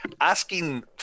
asking –